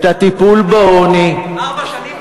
אתה לא תוכל להגיד את זה ארבע שנים.